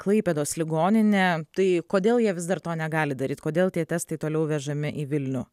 klaipėdos ligoninė tai kodėl jie vis dar to negali daryt kodėl tie testai toliau vežami į vilnių